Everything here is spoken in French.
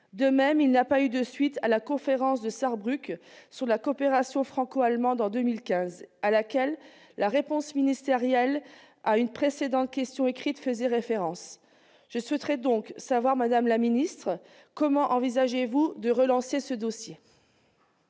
De même, il n'y a pas eu de suite à la conférence de Sarrebruck de 2015 sur la coopération franco-allemande, conférence à laquelle la réponse ministérielle à une précédente question écrite faisait référence. Je souhaiterais donc savoir, madame la ministre, comment vous envisagez de relancer ce dossier.